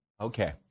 Okay